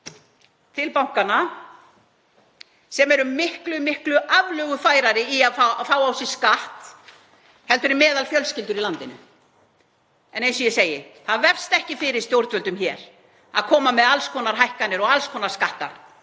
til bankanna, sem eru miklu aflögufærari í að fá á sig skatt en meðalfjölskyldur í landinu. En eins og ég segi, það vefst ekki fyrir stjórnvöldum hér að koma með alls konar hækkanir og alls konar skatta.